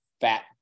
fat